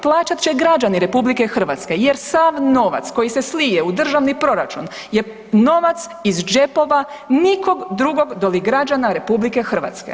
Plaćat će građani RH jer sav novac koji se slije u državni proračun je novac iz džepova nikog drugog doli građana RH.